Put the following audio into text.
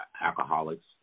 alcoholics